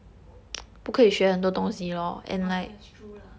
orh that's true lah